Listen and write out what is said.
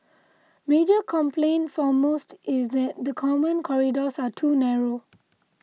major complaint for most is that the common corridors are too narrow